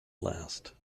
last